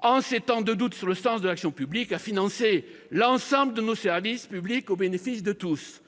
en ces temps de doute sur le sens de l'action publique ? -à financer l'ensemble de nos services publics au bénéfice de tous,